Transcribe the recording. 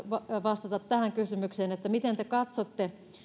vastata tähän kysymykseen miten te katsotte tämän